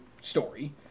story